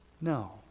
No